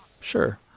sure